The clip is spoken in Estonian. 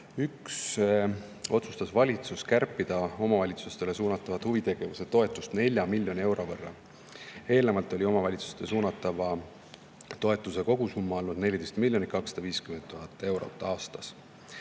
2021 otsustas valitsus kärpida omavalitsustele suunatavat huvitegevuse toetust 4 miljoni euro võrra. Eelnevalt oli omavalitsustele suunatava toetuse kogusumma olnud 14 250 000 eurot aastas.